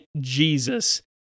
Jesus